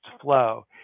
flow